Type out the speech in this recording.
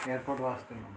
airport वास्ते बि